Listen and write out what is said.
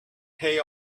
pay